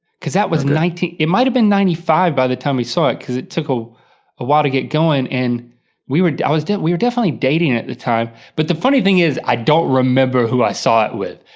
because that was nineteen, it might have been ninety five by the time we saw it, because it took a while to get going and we were, i was, we were definitely dating at the time. but the funny thing is i don't remember who i saw it with.